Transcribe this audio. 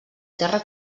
terra